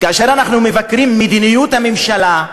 כאשר אנחנו מבקרים את מדיניות הממשלה,